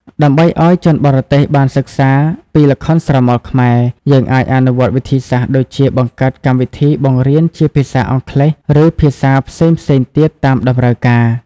ដើម្បីធ្វើឲ្យ ជនបរទេសបានសិក្សាពីល្ខោនស្រមោលខ្មែរ យើងអាចអនុវត្តវិធីសាស្រ្តដូចជាបង្កើតកម្មវិធីបង្រៀនជាភាសាអង់គ្លេស ឬភាសាផ្សេងៗទៀតតាមតម្រូវការ